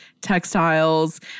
textiles